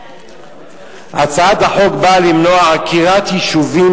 הצעת החוק באה למנוע עקירת יישובים